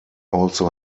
also